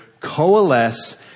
coalesce